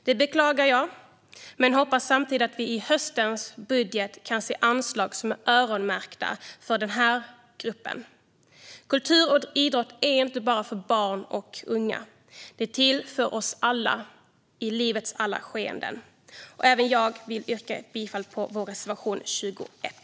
Detta beklagar jag, men jag hoppas samtidigt att vi i höstens budget får se anslag som är öronmärkta för denna grupp. Kultur och idrott är inte bara för barn och unga utan för oss alla, i livets alla skeden. Även jag vill yrka bifall till vår reservation 21.